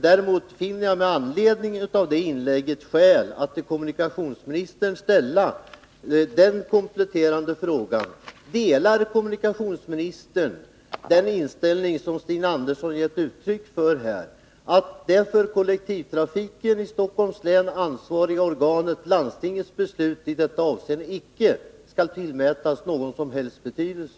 Däremot finner jag med anledning av hennes inlägg skäl att till kommunikationsministern ställa den kompletterande frågan: Delar kommunikationsministern den inställning som Stina Andersson gett uttryck för, nämligen att det för kollektivtrafiken i Stockholms län ansvariga organets, landstingets, beslut icke skall tillmätas någon som helst betydelse?